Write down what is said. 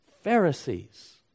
Pharisees